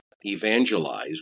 evangelize